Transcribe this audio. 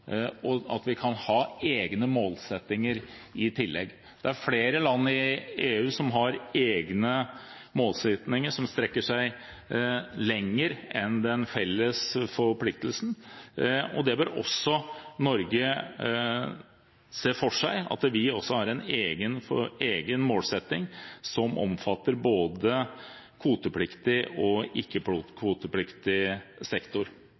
og det at vi kan ha egne målsettinger i tillegg. Det er flere land i EU som har egne målsettinger som strekker seg lenger enn den felles forpliktelsen, og også Norge bør se for seg at vi har en egen målsetting som omfatter både kvotepliktig og ikke-kvotepliktig sektor.